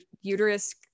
uterus